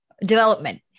development